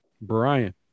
Brian